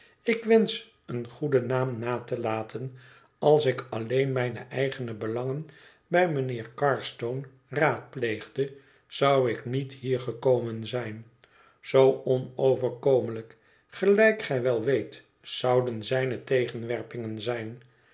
ik wensch een goeden naam na te laten als ik alleen mijne eigene belangen bij mijnheer carstone raadpleegde zou ik niet hier gekomen zijn zoo onoverkomelijk gelijk gij wel weet zouden zijne tegenwerpingen zijn